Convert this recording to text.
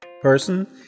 person